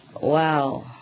Wow